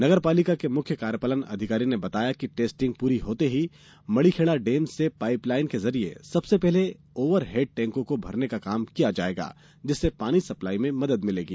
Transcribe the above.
नगर पालिका के मुख्य कार्यपालन अधिकारी ने बताया है कि टेस्टिंग पूरी होते ही मड़ीखेड़ा डेम से पाइप लाइन के जरिए सबसे पहले ओवर हेड टैंकों को भरने का काम किया जाएगा जिससे पानी सप्लाई में मदद मिलेगी